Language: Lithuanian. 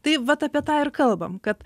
taip vat apie tą ir kalbam kad